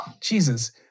Jesus